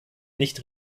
nicht